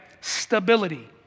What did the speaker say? Stability